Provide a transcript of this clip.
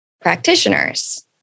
practitioners